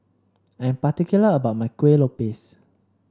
I'm particular about my Kueh Lopes